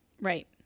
Right